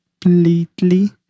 completely